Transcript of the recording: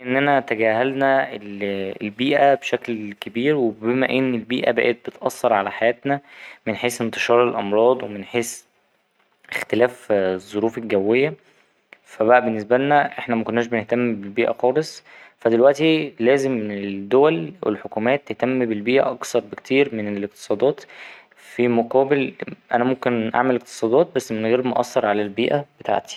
إننا تجاهلنا البيئة بشكل كبير وبما إن البيئة بقت بتأثر على حياتنا من حيث إنتشار الأمراض ومن حيث إختلاف الظروف الجوية فا بقى بالنسبالنا إحنا مكناش بنهتم بالبيئة خالص فا دلوقتي لازم الدول والحكومات تهتم بالبيئة أكثر بكتير من الإقتصادات في مقابل أنا ممكن أعمل إقتصادات بس من غير ما أأثر على البيئة بتاعتي.